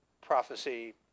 prophecy